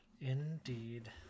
Indeed